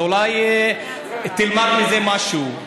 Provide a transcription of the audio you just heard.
אז אולי תלמד מזה משהו.